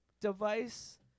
device